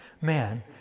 man